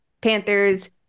panthers